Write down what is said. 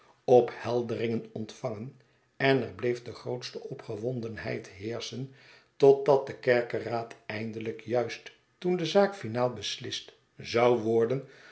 ophelderingen ontvangen en er bleef de grootste opgewondenheid heerschen totdat de kerkeraad eindelijk juist toen de zaak finaal beslist zou worden